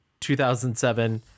2007